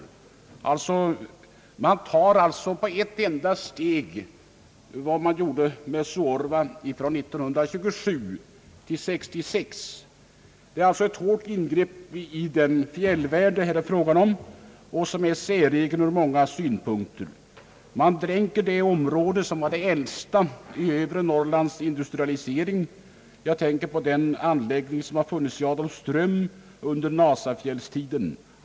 Man höjer alltså i Vindelälven nivån på en enda gång lika mycket som man gjorde i Suorva från 1927 till 1966. Det är ett hårt ingrepp i den fjällvärld, som det här är fråga om och som är säregen ur många synpunkter. Man dränker det område som är det äldsta när det gäller övre Norrlands industrialisering. Jag tänker på den anläggning som har funnits i Adolfström under Nasafjällstiden.